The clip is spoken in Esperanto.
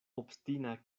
obstina